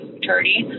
attorney